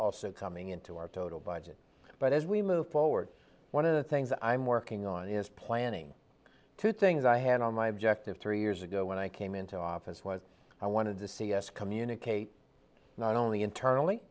also coming into our total budget but as we move forward one of the things i'm working on is planning two things i had on my objective three years ago when i came into office what i wanted to see as communicate not only internally